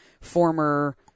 former